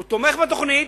הוא תומך בתוכנית,